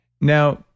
Now